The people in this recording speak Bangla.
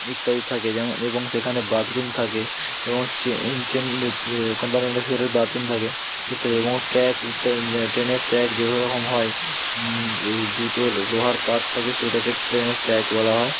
ইত্যাদি থাকে যেমন যেরকম সেখানে বাথরুম থাকে এবং চেন এ কম্পার্টমেন্টের কাছে একটা বাথরুম থাকে ইত্যাদি এবং ট্র্যাক ট্রেনের ট্র্যাক যেভাবে রকম হয় দুটো লোহার পাত থাকে সেইটাকে ট্রেনের ট্র্যাক বলা হয়